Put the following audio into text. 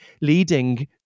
leading